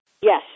Yes